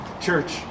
church